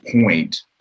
point